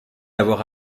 avoir